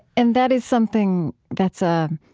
and that is something that's a